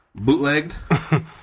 bootlegged